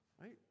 right